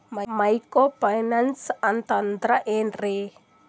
Micro finance ಅಂತಂದ್ರ ಏನ್ರೀ?